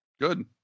good